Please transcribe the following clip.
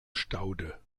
staude